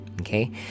okay